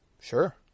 Sure